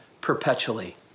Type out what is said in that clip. perpetually